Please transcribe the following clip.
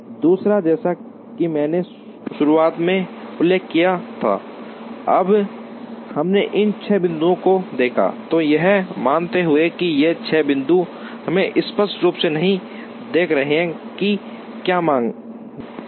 दूसरा जैसा कि मैंने शुरुआत में उल्लेख किया था जब हमने इन छह बिंदुओं को देखा तो यह मानते हुए कि ये छह बिंदु हैं हम स्पष्ट रूप से नहीं देख रहे हैं कि क्या मांगें हैं